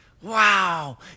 Wow